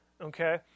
okay